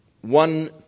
one